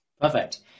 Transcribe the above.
Perfect